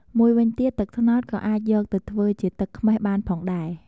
មួយវិញទៀត ទឹកត្នោតក៏អាចយកទៅធ្វើជាទឹកខ្មេះបានផងដែរ។